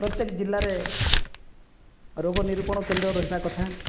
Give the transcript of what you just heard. ପ୍ରତ୍ୟକ ଜିଲ୍ଲାରେ ରୋଗ ନିରୂପଣ କେନ୍ଦ୍ର ରହିବା କଥା